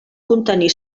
contenir